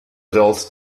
adult